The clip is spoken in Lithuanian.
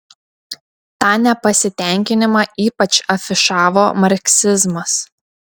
tą nepasitenkinimą ypač afišavo marksizmas